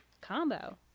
combo